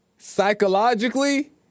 Psychologically